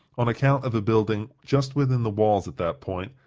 on account of a building just within the walls, at that point,